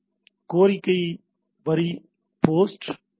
கோரிக்கை வரி post U